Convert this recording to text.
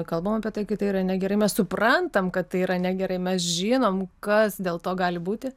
kalbam apie tai kad tai yra negerai mes suprantam kad tai yra negerai mes žinom kas dėl to gali būti